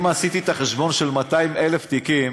אם עשיתי את החשבון של 200,000 תיקים,